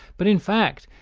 but in fact,